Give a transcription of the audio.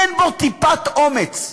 אין בו טיפת אומץ,